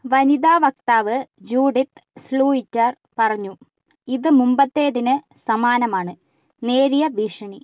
വനിതാ വക്താവ് Judith Sluiter പറഞ്ഞു ഇത് മുമ്പത്തേതിന് സമാനമാണ് നേരിയ ഭീഷണി